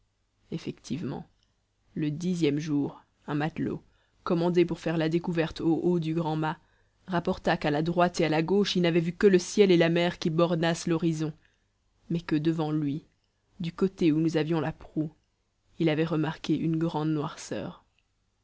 effectivement le dixième jour un matelot commandé pour faire la découverte au haut du grand mât rapporta qu'à la droite et à la gauche il n'avait vu que le ciel et la mer qui bornassent l'horizon mais que devant lui du côté où nous avions la proue il avait remarqué une grande noirceur